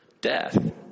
death